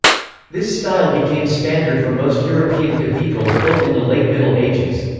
this style became standard for most european cathedrals built in the late middle ages.